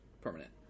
permanent